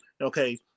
okay